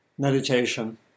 Meditation